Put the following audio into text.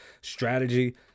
strategy